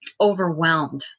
Overwhelmed